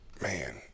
Man